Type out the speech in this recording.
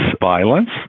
violence